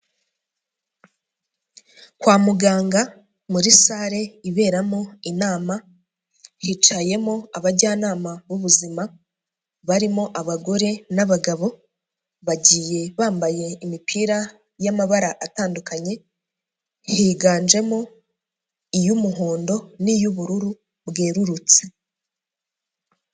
Kwa muganga muri salle iberamo inama, hicayemo abajyanama b'ubuzima, barimo abagore n'abagabo, bagiye bambaye imipira y'amabara atandukanye, higanjemo iy'umuhondo n'iy'ubururu bwerurutse.